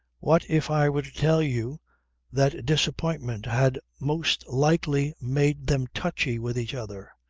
what if i were to tell you that disappointment had most likely made them touchy with each other,